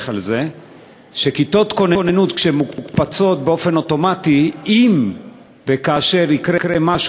אתם מפריעים כרגע, ולא נשאר הרבה זמן.